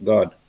God